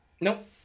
Nope